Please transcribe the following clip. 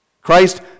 Christ